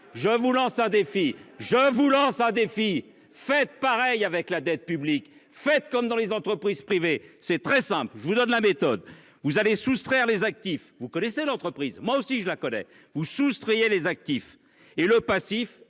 je vous lance un défi, je vous lance un défi fait pareil avec la dette publique faites comme dans les entreprises privées, c'est très simple, je vous donne la méthode vous avez soustraire les actifs, vous connaissez l'entreprise moi aussi je la connais, vous soustrayez les actif et le passif.